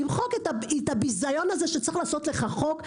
ימחק את הביזיון הזה שצריך לעשות לך חוק?